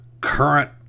current